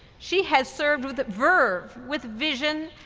she has served with verve, with vision,